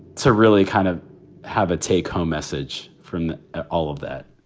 so really kind of have a take home message from all of that